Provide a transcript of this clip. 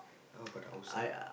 how about the outside